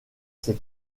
ses